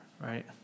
right